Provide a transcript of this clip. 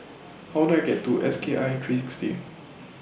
How Do I get to S K I three sixty